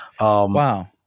Wow